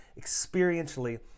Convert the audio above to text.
experientially